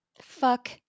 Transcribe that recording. fuck